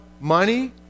money